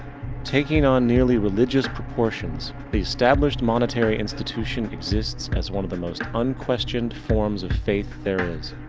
taking on nearly religious proportions, the established monetary institution exists as one of the most unquestioned forms of faith there is.